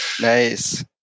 Nice